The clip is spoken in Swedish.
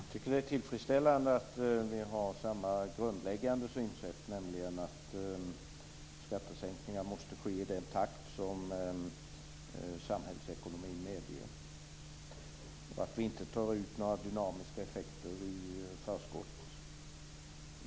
Fru talman! Jag tycker att det är tillfredsställande att vi har samma grundläggande synsätt, nämligen att skattesänkningar måste ske i den takt som samhällsekonomin medger och att vi inte skall ta ut några dynamiska effekter i förskott.